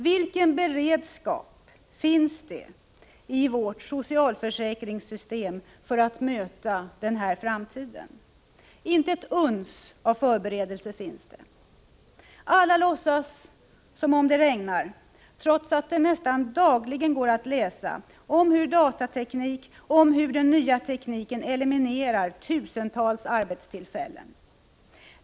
Vilken beredskap finns det i vårt socialförsäkringssystem för att möta denna framtid? Det finns inte ett uns av förberedelse. Alla låtsas som om det regnar, trots att det nästan dagligen går att läsa om hur datateknik och den nya tekniken i övrigt eliminerar tusentals arbetstillfällen.